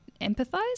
empathize